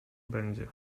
będzie